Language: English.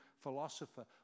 philosopher